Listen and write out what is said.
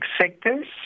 sectors